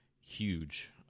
huge